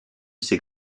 ses